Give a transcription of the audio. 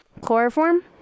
Chloroform